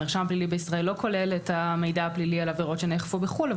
המרשם הפלילי בישראל לא כולל את המידע הפלילי על עבירות שנאכפו בחו"ל,